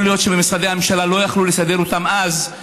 להיות שמשרדי הממשלה לא יכלו לסדר אותם אז,